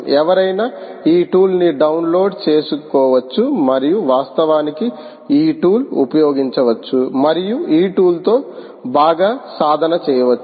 ఎవరైనా ఈ టూల్ న్ని డౌన్లోడ్ చేసుకోవచ్చు మరియు వాస్తవానికి ఈ టూల్ ఉపయోగించవచ్చు మరియు ఈ టూల్ తో బాగా సాధన చేయవచ్చు